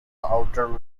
outer